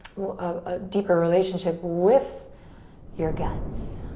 um a deeper relationship with your guts.